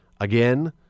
again